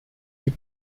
big